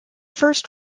first